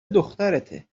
دخترته